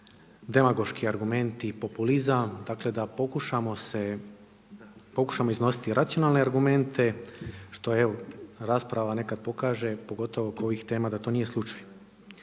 demagoški argumenti, populizam, dakle da pokušamo iznositi racionalne argumente što evo rasprava nekad pokaže pogotovo oko ovih tema da to nije slučaj.